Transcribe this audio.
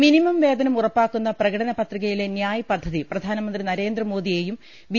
minimum വേതനം ഉറപ്പാക്കുന്ന പ്രകടനപത്രികയിലെ നൃായ് പദ്ധതി പ്രധാ നമന്ത്രി നരേന്ദ്രമോദിയെയും ബി